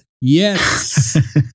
Yes